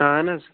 اَہَن حظ